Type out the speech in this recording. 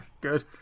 Good